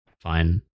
Fine